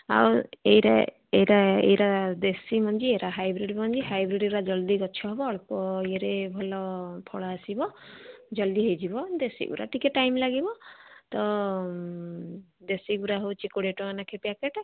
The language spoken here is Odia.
ଆଉ ଏଇଟା ଏଇଟା ଏଇଟା ଦେଶୀ ମଞ୍ଜି ଏଇଟା ହାଇବ୍ରିଡ଼୍ ମଞ୍ଜି ହାଇବ୍ରିଡ଼୍ ଗୁଡା ଜଲ୍ଦି ଗଛ ହେବ ଅଳ୍ପ ଇଏରେ ଭଲ ଫଳ ଆସିବ ଜଲ୍ଦି ହୋଇଯିବ ଦେଶୀ ଗୁୁଡ଼ା ଟିକିଏ ଟାଇମ୍ ଲାଗିବ ତ ଦେଶୀ ଗୁଡ଼ା ହେଉଛି କୋଡ଼ିଏ ଟଙ୍କା ଲେଖାଏଁ ପ୍ୟାକେଟ୍